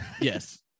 Yes